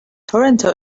toronto